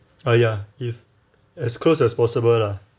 ah ya if as close as possible lah